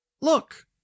Look